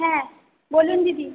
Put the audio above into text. হ্যাঁ বলুন দিদি